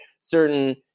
certain